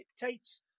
dictates